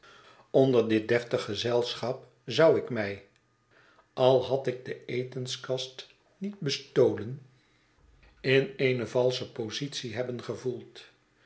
onder dit deftig gezelschap zou ik mij al had ik de etenskast niet bestolen in eene valsche groote verwaciitingen positie hebben gevoeld